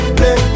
play